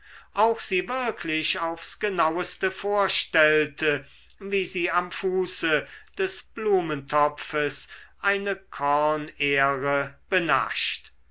auch sie wirklich aufs genauste vorstellte wie sie am fuße des blumentopfes eine